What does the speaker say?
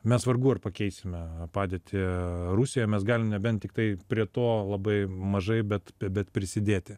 mes vargu ar pakeisime padėtį rusijoje mes galim nebent tiktai prie to labai mažai bet bet prisidėti